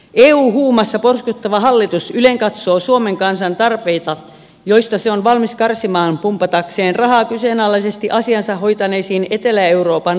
eu huumassa porskuttava hallitus ylenkatsoo suomen kansan tarpeita joista se on valmis karsimaan pumpatakseen rahaa kyseenalaisesti asiansa hoitaneisiin etelä euroopan valtioihin